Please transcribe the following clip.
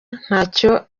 ntacyo